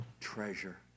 treasure